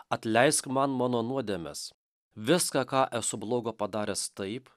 atleisk man mano nuodėmes viską ką esu blogo padaręs taip